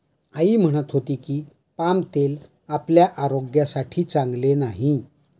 आई म्हणत होती की, पाम तेल आपल्या आरोग्यासाठी चांगले नाही